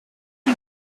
you